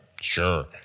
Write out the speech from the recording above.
Sure